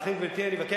ולכן, גברתי היושבת-ראש,